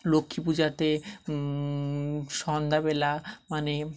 লক্ষ্মী পূজাতে সন্ধ্যাবেলা মানে